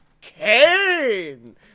Kane